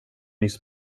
nyss